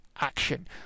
Action